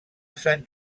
sant